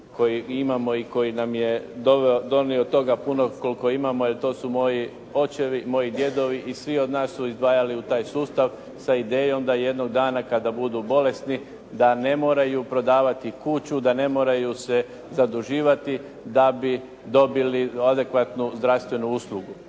koji imamo i koji nam je donio toga puno, koliko imamo to su moji očevi, moji djedovi i svi od nas su izdvajali u taj sustav sa idejom da jednog dana kada budu bolesni da ne moraju prodavati kuću, da ne moraju se zaduživati da bi dobili adekvatnu zdravstvenu uslugu.